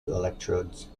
electrodes